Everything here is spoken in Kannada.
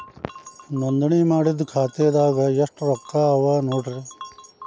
ನೋಂದಣಿ ಮಾಡಿದ್ದ ಖಾತೆದಾಗ್ ಎಷ್ಟು ರೊಕ್ಕಾ ಅವ ನೋಡ್ರಿ